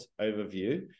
overview